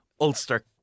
Ulster